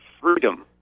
freedom